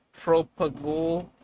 propagule